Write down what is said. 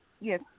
Yes